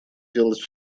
делать